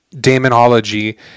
demonology